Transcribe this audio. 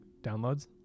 downloads